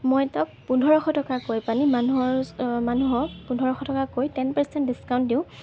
মই তেওঁক পোন্ধৰশ টকা কৈ পানি মানুহৰ ওচৰত মানুহক পোন্ধৰশ টকা কৈ টেন পাৰ্চেন্ট ডিচকাউণ্ট দিওঁ